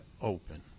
open